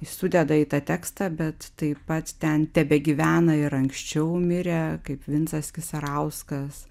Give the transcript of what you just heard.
sudeda į tą tekstą bet taip pat ten tebegyvena ir anksčiau mirę kaip vincas kisarauskas